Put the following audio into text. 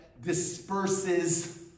disperses